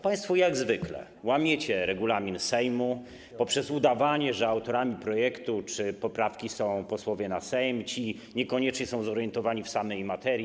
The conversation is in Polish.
Państwo jak zwykle łamiecie regulamin Sejmu poprzez udawanie, że autorami projektu czy poprawki są posłowie na Sejm, a ci niekoniecznie są zorientowani w samej materii.